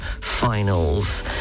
finals